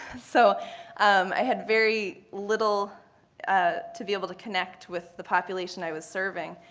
so i had very little ah to be able to connect with the population i was serving.